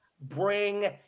Bring